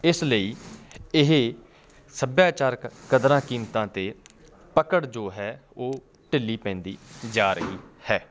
ਇਸ ਲਈ ਇਹ ਸੱਭਿਆਚਾਰਕ ਕਦਰਾਂ ਕੀਮਤਾਂ 'ਤੇ ਪਕੜ ਜੋ ਹੈ ਉਹ ਢਿੱਲੀ ਪੈਂਦੀ ਜਾ ਰਹੀ ਹੈ